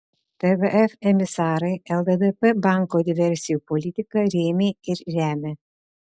tvf emisarai lddp banko diversijų politiką rėmė ir remia